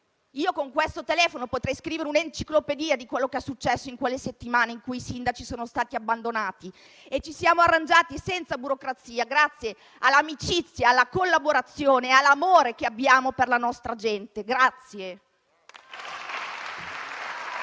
Con questo telefono potrei scrivere un'enciclopedia su quanto è successo in quelle settimane, nel corso delle quali i sindaci sono stati abbandonati; ci siamo arrangiati senza burocrazia, grazie all'amicizia, alla collaborazione e all'amore che abbiamo per la nostra gente.